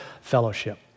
fellowship